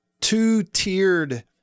two-tiered